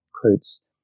Quotes